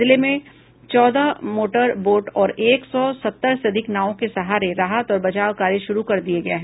जिले में चौदह मोटर बोट और एक सौ सत्तर से अधिक नावों के सहारे राहत व बचाव कार्य शुरू कर दिए गए हैं